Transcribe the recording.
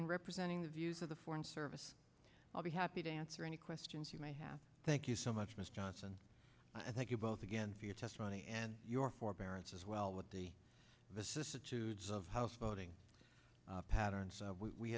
in representing the views of the foreign service i'll be happy to answer any questions you may have thank you so much mr johnson i thank you both again for your testimony and your forbearance as well with the vicissitudes of house voting